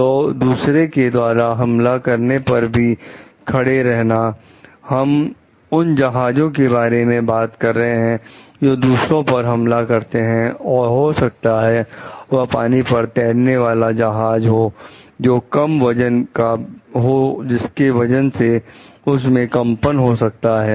तो दूसरे के द्वारा हमला करने पर भी खड़े रहना हम उन जहाजों के बारे में बात कर रहे हैं जो दूसरों पर हमला करते हैं और हो सकता है वह पानी पर तैरने वाला जहाज हो जो कम वजन का हो जिसकी वजह से उस में कंपन हो सकता है